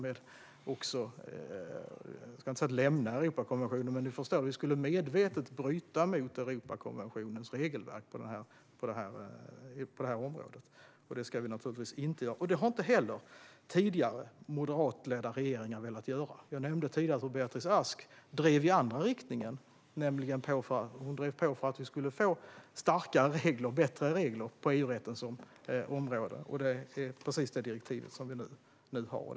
Vi kanske inte skulle lämna Europakonventionen i och med det, men vi skulle medvetet bryta mot dess regelverk på det här området, och det ska vi naturligtvis inte göra. Det har inte tidigare moderatledda regeringar heller velat göra. Jag nämnde tidigare att Beatrice Ask drev på i den andra riktningen för att vi skulle få starkare och bättre regler på EU-rättens område, vilket har lett till just det direktiv som vi har nu.